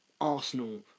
Arsenal